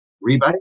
rebate